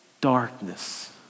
darkness